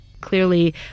Clearly